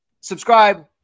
Subscribe